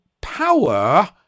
power